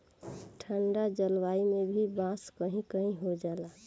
ठंडा जलवायु में भी बांस कही कही हो जाला